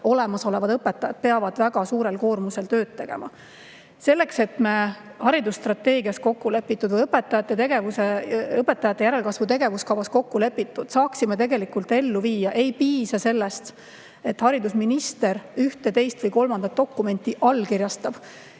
Olemasolevad õpetajad peavad väga suure koormusega tööd tegema. Selleks, et me haridusstrateegias kokku lepitu ja õpetajate järelkasvu tegevuskavas kokku lepitu saaksime tegelikult ellu viia, ei piisa sellest, et haridusminister ühe, teise või kolmanda dokumendi allkirjastab.